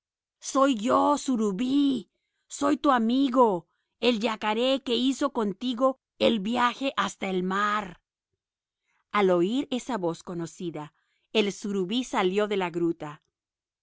soy yo surubí soy tu amigo el yacaré que hizo contigo el viaje hasta el mar al oír esa voz conocida el surubí salió de la gruta